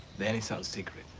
then it's our secret,